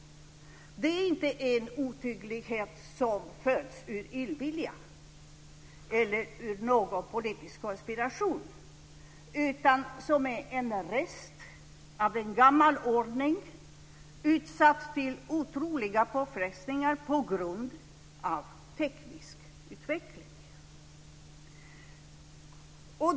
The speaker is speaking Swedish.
Det är inte en otydlighet som föds ur illvilja eller ur någon politisk konspiration, utan den är en rest av en gammal ordning utsatt för otroliga påfrestningar på grund av teknisk utveckling.